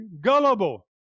gullible